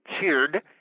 cheered